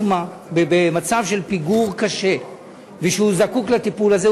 מה במצב של פיגור קשה והוא זקוק לטיפול הזה,